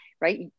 right